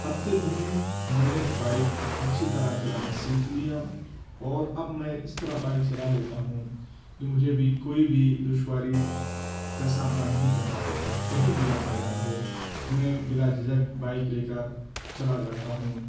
ہفتے بھر میں میں نے بائک اچّھی طرح چلانا سیكھ لیا اور اب میں اس طرح بائک چلاتا لیتا ہوں کہ مجھے بھی کوئی بھی دشواری کا سامنا نہیں کرنا پڑتا کہیں بھی آنا جانا ہو میں بلا جھجھک بائک لے کر چلا جاتا ہوں